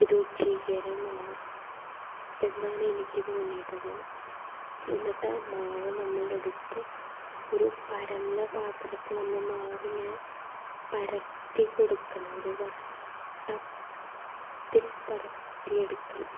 രുചികരമാവുക എന്നാണെനിക്ക് തോന്നിയിട്ടുള്ളത് എന്നിട്ട് ആ മാവ് നമ്മളെടുത്ത് ഒരു പരന്ന പാത്രത്തിൽ നമ്മൾ മാവിങ്ങനെ പരത്തിക്കൊടുക്കണം ഒരു വട്ടത്തിൽ പരത്തി എടുക്കണം